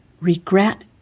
regret